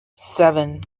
seven